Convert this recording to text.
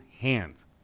hands